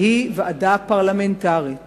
שהיא הוועדה הפרלמנטרית